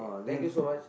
thank you so much